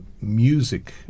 music